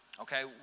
okay